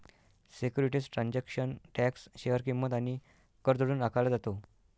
securities transaction tax share किंमत आणि कर जोडून आकारला जातो